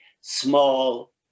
small